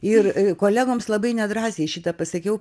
ir kolegoms labai nedrąsiai šitą pasakiau